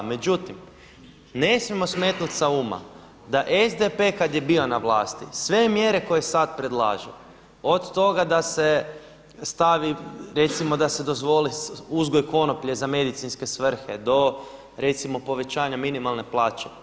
Međutim, ne smijemo smetnuti sa uma da SDP kada je bio na vlasti, sve mjere koje sad predlaže od toga da se stavi, recimo da se dozvoli uzgoj konoplje za medicinske svrhe do recimo povećanja minimalne plaće.